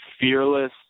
fearless